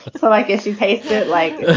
but so i guess you face it like